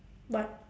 what